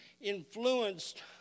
influenced